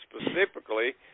specifically